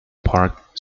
park